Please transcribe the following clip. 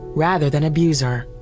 rather than abuse her.